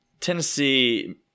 Tennessee